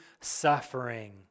suffering